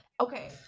okay